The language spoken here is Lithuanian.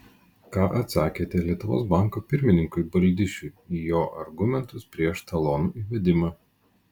ką atsakėte lietuvos banko pirmininkui baldišiui į jo argumentus prieš talonų įvedimą